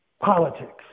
politics